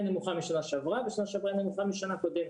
נמוכה משנה שעברה ושנה שעברה הייתה נמוכה משנה קודמת.